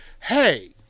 hey